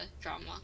drama